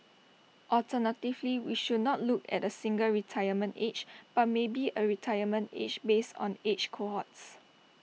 alternatively we should not look at A single retirement age but maybe A retirement age based on age cohorts